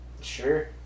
Sure